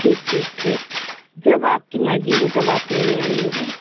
ठीक ठीक ठीक जब आपकी मर्जी हो तब आप लेने आईएगा